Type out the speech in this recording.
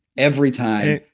every time,